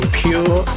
pure